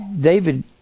David